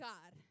God